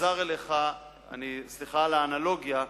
סליחה על האנלוגיה,